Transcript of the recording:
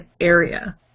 area